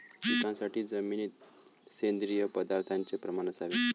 पिकासाठी जमिनीत सेंद्रिय पदार्थाचे प्रमाण असावे